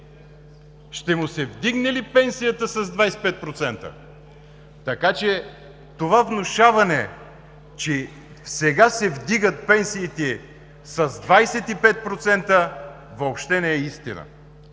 ще му се вдигне ли пенсията с 25%! Това внушаване, че сега се вдигат пенсиите с 25%, въобще не е истина!